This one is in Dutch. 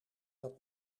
dat